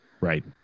Right